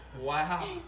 wow